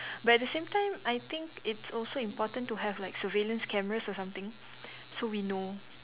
but at the same time I think it's also important to have like surveillance cameras or something so we know